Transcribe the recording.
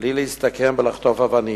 בלי להסתכן ולחטוף אבנים,